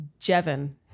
Jevin